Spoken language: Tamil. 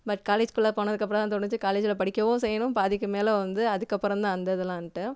பட் காலேஜ் குள்ளே போனதுக்கு அப்புறம்தான் தோணிச்சு காலேஜில் படிக்கவும் செய்யணும் பாதிக்கு மேலே வந்து அதுக்கு அப்புறந்தான் அந்த இதலாம்ட்டு